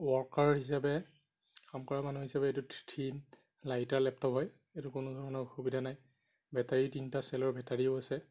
worker হিচাপে কাম কৰা মানুহ হিচাপে এইটো থিন লাইটাৰ লেপটপ হয় এইটো কোনো ধৰণৰ অসুবিধা নাই বেটাৰী তিনিটা চেলৰ বেটাৰিও আছে